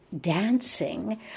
dancing